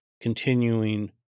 continuing